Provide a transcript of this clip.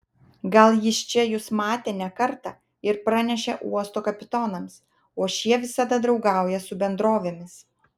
gal jis čia jus matė ne kartą ir pranešė uosto kapitonams o šie visada draugauja su bendrovėmis